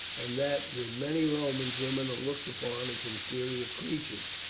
and that with many romans women are looked upon as inferior creatures,